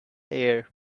air